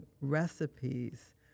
recipes